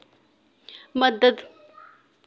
मदद